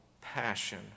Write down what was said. passion